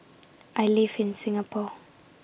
I live in Singapore